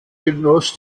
genoss